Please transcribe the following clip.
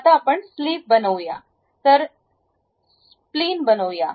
आता आपण स्प्लिन बनवूया